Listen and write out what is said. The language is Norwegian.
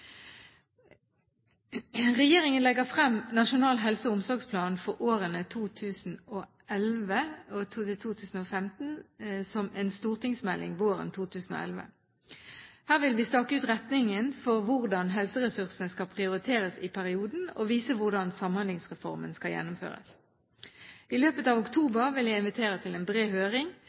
Regjeringen legger frem nasjonal helse- og omsorgsplan for årene 2011–2015 som en stortingsmelding våren 2011. Her vil vi stake ut retningen for hvordan helseressursene skal prioriteres i perioden, og vise hvordan Samhandlingsreformen skal gjennomføres. I løpet av oktober vil jeg invitere til en bred høring,